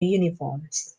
uniforms